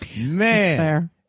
man